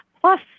Plus